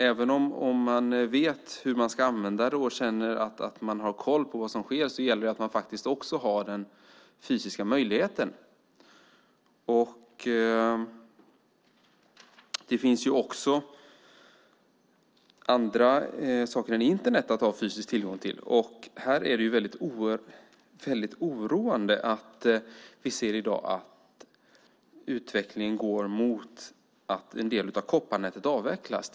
Även om man vet hur man ska använda det och känner att man har koll på vad som sker gäller det att man också har den fysiska möjligheten. Det finns andra saker än Internet att ha fysisk tillgång till, och det är väldigt oroande att vi i dag ser att utvecklingen går mot att en del av kopparnätet avvecklas.